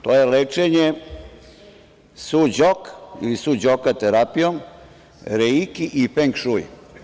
To je lečenje su-đok ili su-đoka terapijom, reiki i feng šui.